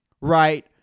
right